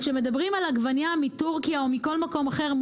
כשמדברים על עגבנייה מטורקיה או מכל מקום אחר,